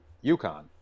Yukon